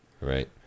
right